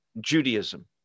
Judaism